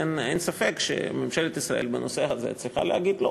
לכן אין ספק שממשלת ישראל בנושא הזה צריכה להגיד לא,